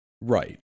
Right